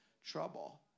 trouble